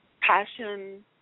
passion